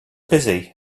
busy